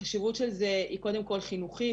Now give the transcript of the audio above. החשיבות של זה היא קודם כל חינוכית,